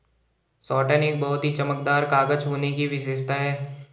satin एक बहुत ही चमकदार कागज होने की विशेषता है